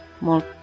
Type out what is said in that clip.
more